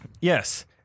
Yes